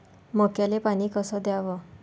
मक्याले पानी कस द्याव?